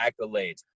accolades